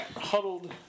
huddled